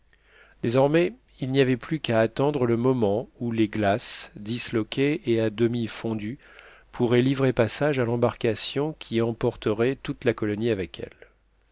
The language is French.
désormais il n'y avait plus qu'à attendre le moment où les glaces disloquées et à demi fondues pourraient livrer passage à l'embarcation qui emporterait toute la colonie avec elle